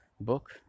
book